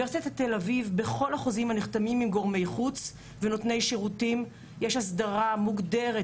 בכל החוזים שנחתמים עם גורמי חוץ ונותני שירותים יש הסדרה מוגדרת